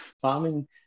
farming